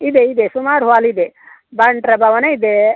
ಇದೆ ಇದೆ ಸುಮಾರು ಹಾಲ್ ಇದೆ ಬಂಟರ ಭವನ ಇದೆ